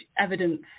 evidence